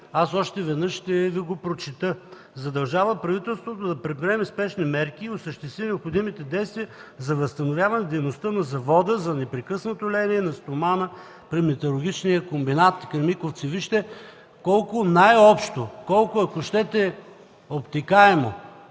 Още веднъж ще го прочета: „Задължава правителството да предприеме спешни мерки и осъществи необходимите действия за възстановяване на дейността на Завода за непрекъснато леене на стомана при Металургичния комбинат „Кремиковци”. Вижте колко е най-общо, ако искате – обтекаемо.